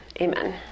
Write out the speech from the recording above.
amen